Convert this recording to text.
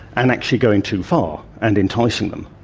and actually going too far and enticing them.